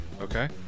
Okay